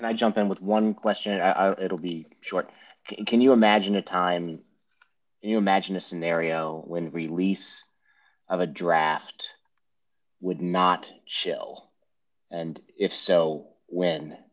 affirm and i jump in with one question it'll be short can you imagine a time you imagine a scenario when release of a draft would not shill and if so when